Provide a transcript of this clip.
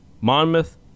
Monmouth